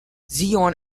zion